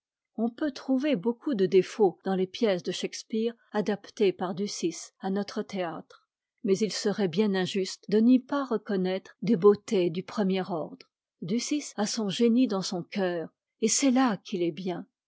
on peut trouver beaucoup de défauts dans les pièces de shakspeare adaptées par ducis à notre théâtre mais il serait bien injuste de n'y pas reconnaître des beautés du premier ordre ducis a son génie dans son cœur et c'est là qu'il est bien